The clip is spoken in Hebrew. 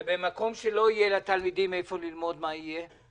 ובמקום שלא יהיה לתלמידים איפה ללמוד, מה יהיה?